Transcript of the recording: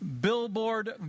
billboard